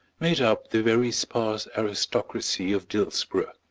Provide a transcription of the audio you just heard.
made up the very sparse aristocracy of dillsborough.